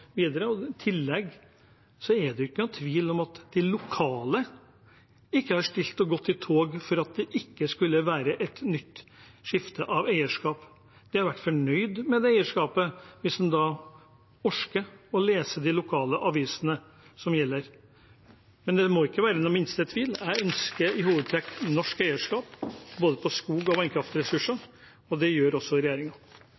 videre? I tillegg er det ingen tvil om at de lokale ikke har stilt opp og gått i tog for at det ikke skulle være et nytt skifte av eierskap. De har vært fornøyd med det eierskapet – hvis en da orker å lese de lokale avisene. Men det må ikke være den minste tvil om at jeg i hovedtrekk ønsker norsk eierskap til både skog- og